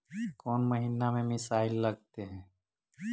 कौन महीना में मिसाइल लगते हैं?